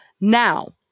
Now